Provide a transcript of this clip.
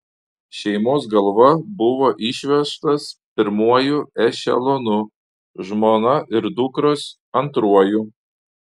šeimos galva buvo išvežtas pirmuoju ešelonu žmona ir dukros antruoju